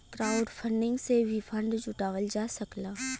crowdfunding से भी fund जुटावल जा सकला